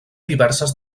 diverses